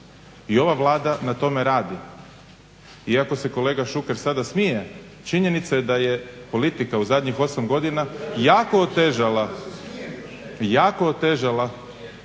I ova Vlada na tome radi. Iako se sada kolega Šuker sada smije činjenica je da je politika u zadnjih 8 godina jako otežala sadašnji